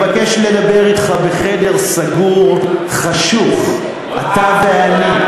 אני מבקש לדבר אתך בחדר סגור, חשוך, אתה ואני.